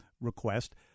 request